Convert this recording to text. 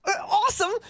awesome